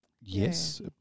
Yes